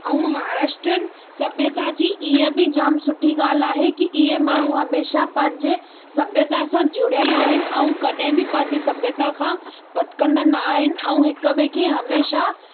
ऐं महाराष्ट्र्यनि सभ्यता जी इहा बि जाम सुठी ॻाल्हि आहे कि इहे माण्हू हमेशह पंहिंजे सभ्यता सां जुड़ियल आहिनि ऐं कॾहिं बि पंहिंजे सभ्यता खां भटकंदा न आहिनि ऐं हिक ॿिए खे हमेशह